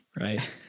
right